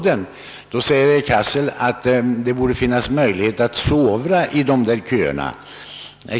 Herr Cassel menar då att det borde kunna gå att sovra i dessa köer.